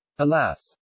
Alas